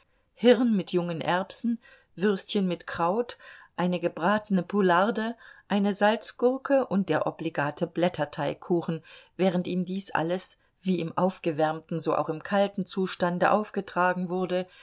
hirn mit jungen erbsen würstchen mit kraut eine gebratene poularde eine salzgurke und der obligate blätterteigkuchen während ihm dies alles wie im aufgewärmten so auch im kalten zustande aufgetragen wurde